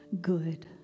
good